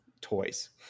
toys